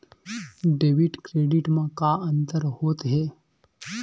Debit credit मा का अंतर होत हे?